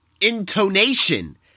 intonation